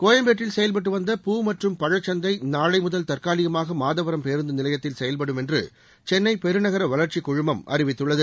கோயம்பேட்டில் செயல்பட்டு வந்த பூ மற்றும் பழசந்தை நாளை முதல் தற்காலிகமாக மாதவரம் பேருந்து நிலையத்தில் செயல்படும் என்று சென்னை பெருநகர வளர்ச்சிக் குழுமம் அறிவித்துள்ளது